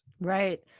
Right